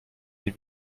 des